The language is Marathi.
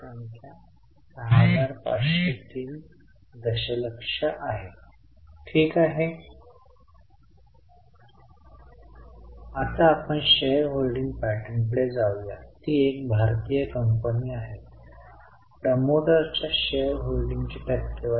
आता हे सर्व पी आणि एल मधील खर्चाच्या वस्तू आहेत म्हणून दररोज वापर उत्पादन वेतन सामान्य खर्च यासारख्या वस्तू एनए आहेत परंतु हे मूल्य कमी करणे हा नगदी नसलेला खर्च आहे म्हणून ओ प्लस